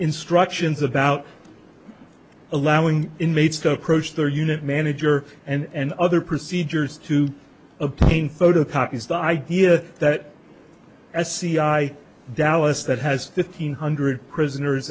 instructions about allowing inmates to approach their unit manager and other procedures to obtain photocopies the idea that a c i dallas that has fifteen hundred prisoners